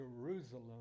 Jerusalem